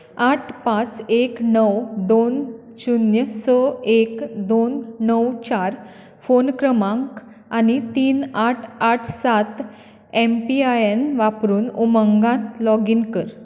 आठ पांच एक णव दोन शून्य स एक दोन णव चार फोन क्रमांक आनी तीन आठ आठ सात एम पी आय एन वापरून उमंगात लॉगीन कर